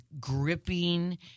gripping